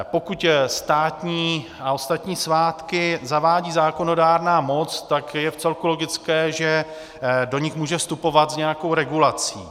Pokud státní a ostatní svátky zavádí zákonodárná moc, tak je vcelku logické, že do nich může vstupovat s nějakou regulací.